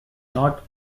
not